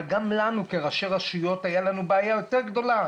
אבל לנו כראשי רשויות היתה בעיה יותר גדולה,